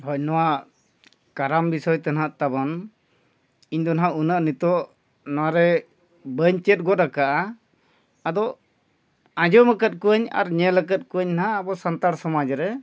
ᱦᱳᱭ ᱱᱚᱣᱟ ᱠᱟᱨᱟᱢ ᱵᱤᱥᱚᱭ ᱛᱮ ᱱᱟᱜ ᱛᱟᱵᱚᱱ ᱤᱧᱫᱚ ᱱᱟᱜ ᱩᱱᱟᱹᱜ ᱱᱤᱛᱳᱜ ᱱᱚᱣᱟ ᱨᱮ ᱵᱟᱹᱧ ᱪᱮᱫ ᱜᱚᱫ ᱟᱠᱟᱫᱼᱟ ᱟᱫᱚ ᱟᱸᱡᱚᱢ ᱟᱠᱟᱫ ᱠᱚᱣᱟᱧ ᱟᱨ ᱧᱮᱞ ᱟᱠᱟᱫ ᱠᱚᱣᱟᱧ ᱱᱟᱜ ᱟᱵᱚ ᱥᱟᱱᱛᱟᱲ ᱥᱚᱢᱟᱡᱽ ᱨᱮ